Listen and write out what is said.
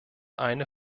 eine